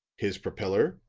his propeller,